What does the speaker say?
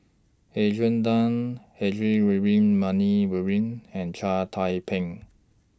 Adrian Tan Heinrich Ludwig Many Luering and Chia Thye Ping